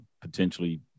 potentially